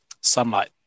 Sunlight